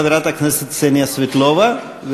חברת הכנסת קסניה סבטלובה,